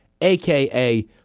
aka